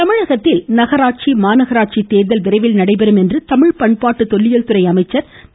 பாண்டியராஜன் தமிழகத்தில் நகராட்சி மாநகராட்சித் தேர்தல் விரைவில் நடைபெறும் என்றும் தமிழ் பண்பாடு தொல்லியல் துறை அமைச்சர் திரு